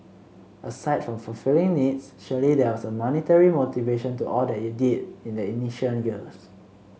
aside from fulfilling needs surely there was a monetary motivation to all that you did in the initial years